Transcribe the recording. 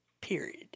period